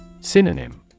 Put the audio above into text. Synonym